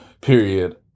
period